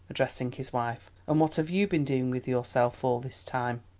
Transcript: addressing his wife, and what have you been doing with yourself all this time?